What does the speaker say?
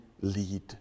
lead